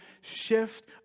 shift